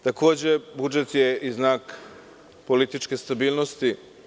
Takođe, budžet je i znak političke stabilnosti.